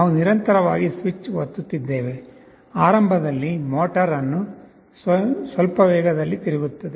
ನಾವು ನಿರಂತರವಾಗಿ ಸ್ವಿಚ್ ಒತ್ತುತ್ತಿದ್ದೇವೆ ಆರಂಭದಲ್ಲಿ ಮೋಟಾರ್ ಸ್ವಲ್ಪ ವೇಗದಲ್ಲಿ ತಿರುಗುತ್ತದೆ